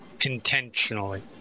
Intentionally